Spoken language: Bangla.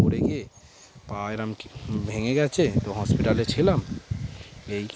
পড়ে গিয়ে পা এরকম ভেঙে গিয়েছে তো হসপিটালে ছিলাম এই